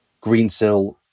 Greensill